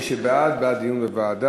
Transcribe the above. מי שבעד, בעד דיון בוועדה.